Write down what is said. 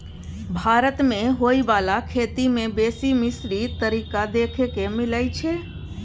भारत मे होइ बाला खेती में बेसी मिश्रित तरीका देखे के मिलइ छै